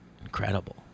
incredible